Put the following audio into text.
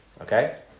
Okay